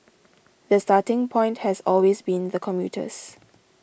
the starting point has always been the commuters